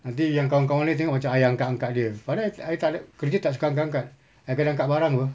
nanti yang kawan kawan ni tengok macam ayah angkat angkat dia padahal I I tak ada kerja tak suka angkat angkat I kena angkat barang apa